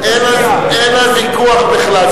אין ויכוח בכלל,